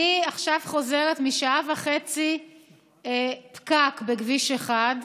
אני חוזרת עכשיו משעה וחצי פקק בכביש 1,